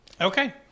Okay